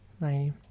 Bye